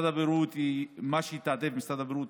מה שיתעדף משרד הבריאות,